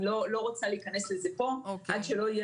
אני לא רוצה להיכנס לזה פה עד שלא יהיה